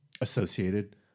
associated